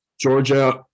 Georgia